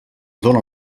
dóna